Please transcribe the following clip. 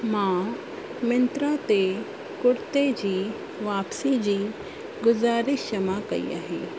मां मिंत्रा ते कुर्ती जी वापसी जी गुज़ारिश क्षमा कई आहे